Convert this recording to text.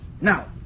now